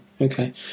Okay